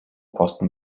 posten